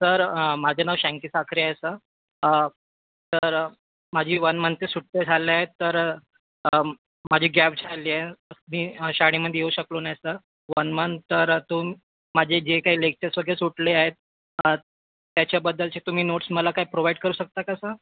sir माझे नाव शँकी साखरे आहे सर तर माझी वन मंथची सुट्टी झालेय तर माझी गॅप झाली आहे मी शाळेमधी येऊ शकलो नाही सर वन मंत तर तुम माझी जे काही लेक्चर्स वगैरे सुटले आहेत त्याच्याबद्दलचे तुम्ही नोट्स मला काही प्रोव्हाइड करू शकता का सर